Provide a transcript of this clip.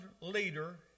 leader